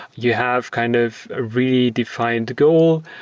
you have kind of a really defined goal.